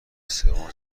سوم